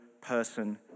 person